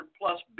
plus